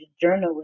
journalist